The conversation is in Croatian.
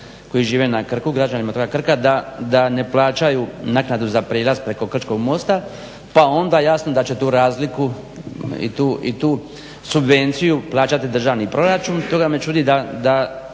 koji žive na Krku, građanima grada Krka da ne plaćaju naknadu za prijelaz preko Krčkog mosta pa onda jasno da će tu razliku i tu subvenciju plaćati državni proračun.